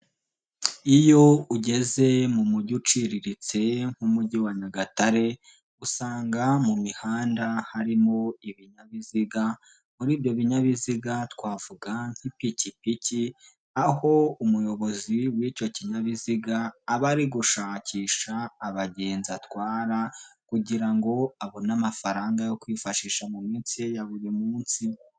Iyo ugeze mu mujyi uciriritse nk'umujyi wa Nyagatare, usanga mu mihanda harimo ibinyabiziga. Muri ibyo binyabiziga twavuga nk'ipikipiki. Aho umuyobozi w'icyo kinyabiziga aba ari gushakisha abagenzi atwara kugira ngo abone amafaranga yo kwifashisha mu minsi ye ya buri munsi.